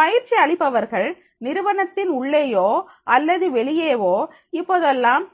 பயிற்சி அளிப்பவர்கள் நிறுவனத்தின் உள்ளேயோ அல்லது வெளியேவோ இப்போதெல்லாம்